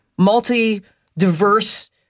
multi-diverse